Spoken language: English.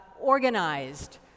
organized